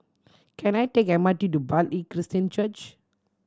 can I take M R T to Bartley Christian Church